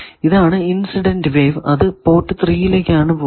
ഇതാണ് incident wave അത് port 3 ലേക്കാണ് പോകുന്നത്